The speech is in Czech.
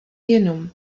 jenom